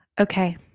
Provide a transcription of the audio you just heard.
Okay